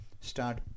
start